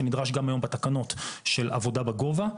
שנדרש גם היום בתקנות של עבודה בגובה.